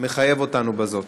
מחייב אותנו בזאת?